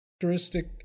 Characteristic